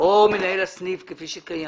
או מנהל הסניף ככל שקיים.